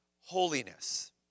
holiness